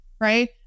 right